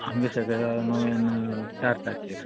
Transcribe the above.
आमगे सगळ्या नव्यान चार तारखेर